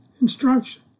instruction